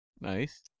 Nice